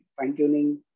fine-tuning